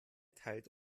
teilt